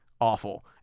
awful